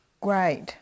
great